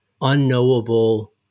unknowable